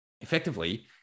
effectively